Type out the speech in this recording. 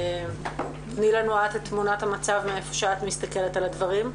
תני לנו את תמונת מצב איפה שאת מסתכלת על הדברים.